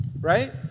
right